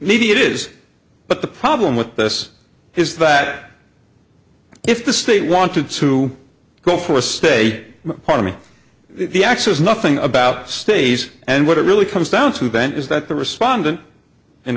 maybe it is but the problem with this is that if the state wanted to go for a stay part of me the ax is nothing about stays and what it really comes down to bent is that the respondent in